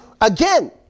again